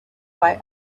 why